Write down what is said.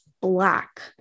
black